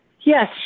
Yes